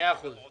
לא, כי